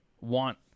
want